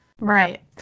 right